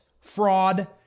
fraud